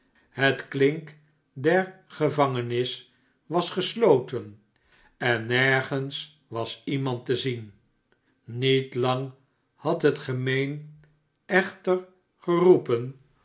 het klinket der gevangenis was gesloten en nergens was iemand te zien niet lang had het gemeen echter geroepen